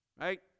Right